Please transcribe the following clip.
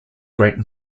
great